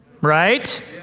right